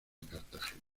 cartagena